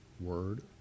word